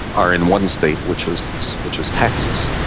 are in one state, which is which is texas.